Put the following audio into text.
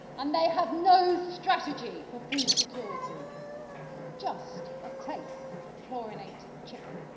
and they have no strategy for food security just a taste for chlorinated chicken.